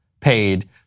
paid